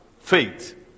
faith